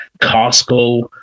Costco